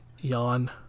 Yawn